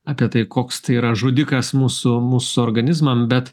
apie tai koks tai yra žudikas mūsų mūsų organizmam bet